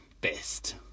best